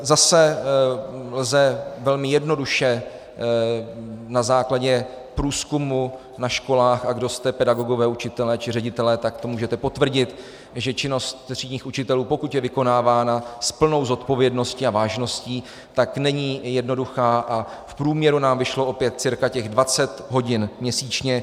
Zase lze velmi jednoduše na základě průzkumu na školách, a kdo jste pedagogové, učitelé či ředitelé, tak to můžete potvrdit, že činnost třídních učitelů, pokud je vykonávána s plnou zodpovědností a vážností, tak není jednoduchá, a v průměru nám vyšlo opět cirka těch 20 hodin měsíčně.